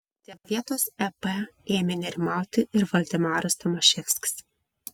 dėl vietos ep ėmė nerimauti ir valdemaras tomaševskis